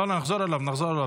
לא, נחזור אליו, נחזור אליו.